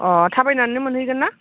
अ थाबायनानै मोनहैगोन ना